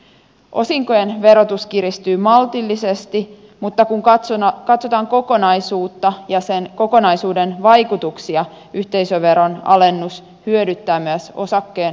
osinkojen verotus kiristyy maltillisesti mutta kun katsotaan kokonaisuutta ja sen kokonaisuuden vaikutuksia yhteisöveron alennus hyödyttää myös osakkeenomistajia